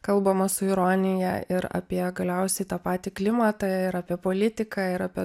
kalbama su ironija ir apie galiausiai tą patį klimatą ir apie politiką ir apie